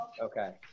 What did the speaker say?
Okay